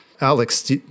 Alex